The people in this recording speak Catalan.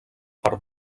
per